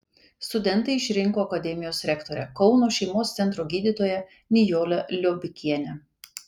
studentai išrinko akademijos rektorę kauno šeimos centro gydytoją nijolę liobikienę